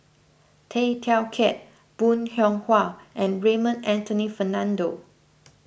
Tay Teow Kiat Bong Hiong Hwa and Raymond Anthony Fernando